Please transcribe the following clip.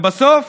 בסוף